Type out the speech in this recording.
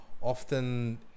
often